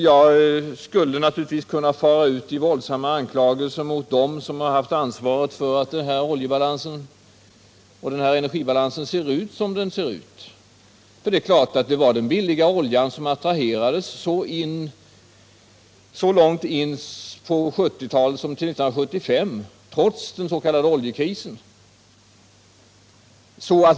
Jag skulle naturligtvis kunna fara ut med våldsamma anklagelser mot dem som har haft ansvaret för att oljeoch energibalansen ser ut som den gör. Det är klart att det var den billiga oljan som attraherade så långt som fram till 1975, trots den s.k. oljekrisen.